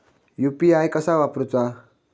UPI कसा वापरूचा?